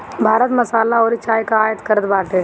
भारत मसाला अउरी चाय कअ आयत करत बाटे